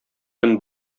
төн